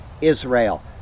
israel